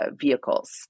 vehicles